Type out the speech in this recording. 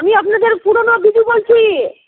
আমি আপনাদের পুরোনো দিদি বলছি